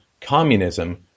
communism